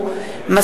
171